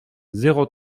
zéro